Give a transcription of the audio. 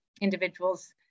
individuals